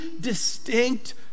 distinct